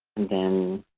then,